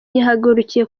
yahagurukiye